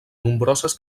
nombroses